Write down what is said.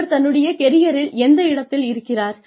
ஒருவர் தன்னுடைய கெரியரில் எந்த இடத்தில் இருக்கிறார்